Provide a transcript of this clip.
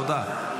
תודה.